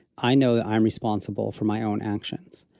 i know that i'm responsible for my own actions,